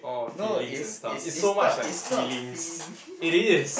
no is is is not is not